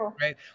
right